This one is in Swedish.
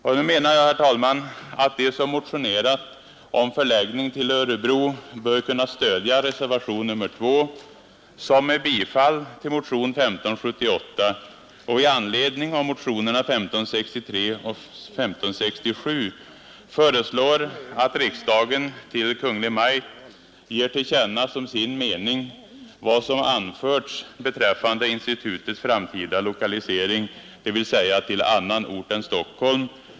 Men jag menar, herr talman, att de som motionerat om förläggning till Örebro bör kunna stödja reservationen 2 som med bifall till motionen 1578 och i anledning av motionerna 1563 och 1567 föreslår att riksdagen till Kungl. Maj:t ger till känna som sin mening vad som anförts beträffande institutets framtida lokalisering, dvs. till annan ort än Stockholm.